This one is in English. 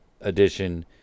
edition